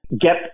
get